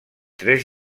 tres